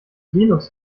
linux